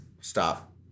Stop